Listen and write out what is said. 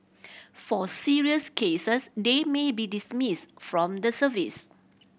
for serious cases they may be dismissed from the service